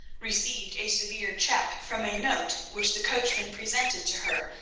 received a severe check from a note which the coachman presented to her,